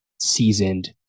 seasoned